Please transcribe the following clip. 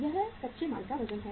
यह कच्चे माल का वजन है